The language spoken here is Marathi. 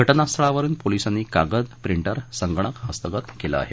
घटनास्थळावरून पोलिसांनी कागद प्रिंटर संगणक हस्तगत केले आहेत